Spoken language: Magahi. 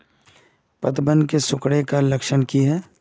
पतबन के सिकुड़ ऐ का लक्षण कीछै?